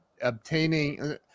obtaining